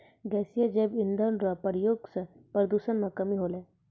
गैसीय जैव इंधन रो प्रयोग से प्रदूषण मे कमी होलै